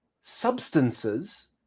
substances